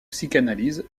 psychanalyse